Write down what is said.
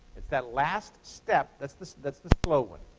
it's that last step that's the that's the slow one.